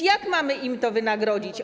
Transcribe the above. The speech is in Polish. Jak mamy im to wynagrodzić?